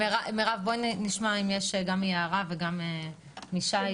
מירב, בואי נשמע גם את יערה וגם תשובות משי.